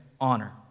honor